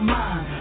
mind